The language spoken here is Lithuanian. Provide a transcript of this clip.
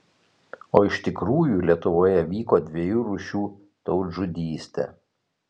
o iš tikrųjų lietuvoje vyko dviejų rūšių tautžudystė